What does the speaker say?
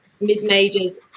mid-majors